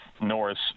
Norris